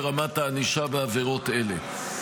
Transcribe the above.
ורמת הענישה בעבירות אלה.